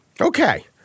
Okay